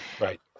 Right